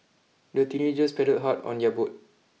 the teenagers paddled hard on their boat